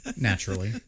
Naturally